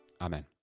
Amen